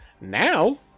Now